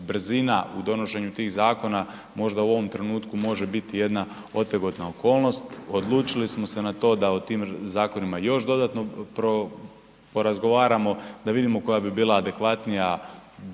brzina u donošenju tih zakona možda u ovom trenutku može biti jedna otegotna okolnosti. Odlučili smo se na to da o tim zakonima još dodatno porazgovaramo, da vidimo koja bi bila adekvatnija,